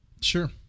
sure